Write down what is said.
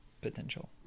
potential